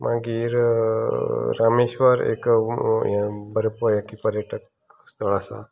मागीर रामेश्वर एक बरें पर्यटक स्थळ आसा